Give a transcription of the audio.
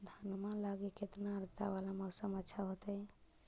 धनमा लगी केतना आद्रता वाला मौसम अच्छा होतई?